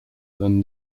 than